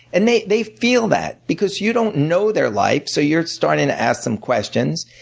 and they they feel that because you don't know their life, so you're starting to ask some questions.